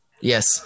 Yes